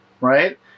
Right